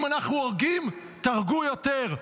אם אנחנו הורגים, תהרגו יותר.